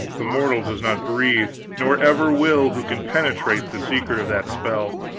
the mortal does not breathe, nor ever will, who can penetrate the secret of that spell,